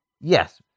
Yes